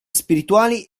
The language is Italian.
spirituali